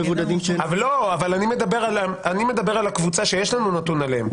אני מדבר על הקבוצה שיש לנו נתונים עליה.